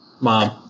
mom